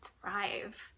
thrive